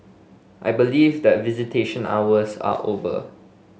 I believe that visitation hours are over